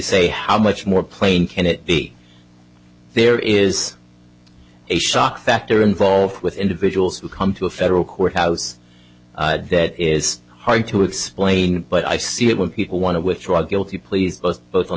say how much more plain can it be there is a shock factor involved with individuals who come to a federal courthouse that is hard to explain but i see it when people want to withdraw guilty pleas both on